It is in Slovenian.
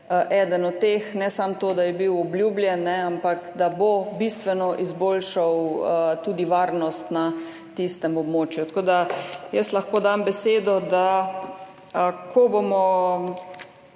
eden od teh, ne samo to, da je bil obljubljen, ampak da bo bistveno izboljšal tudi varnost na tistem območju. Jaz lahko dam besedo, da ko bomo